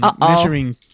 measuring